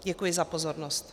Děkuji za pozornost.